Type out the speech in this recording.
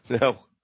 No